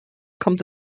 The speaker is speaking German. kommt